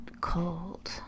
cold